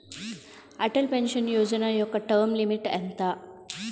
Atal pension Yojana యెక్క term limit ఎంత?